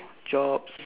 jobs